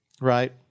right